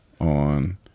on